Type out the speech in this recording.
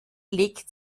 legt